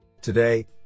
today